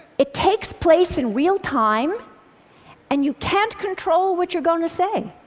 it takes place in real time and you can't control what you're going to say.